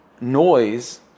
Noise